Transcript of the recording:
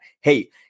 hey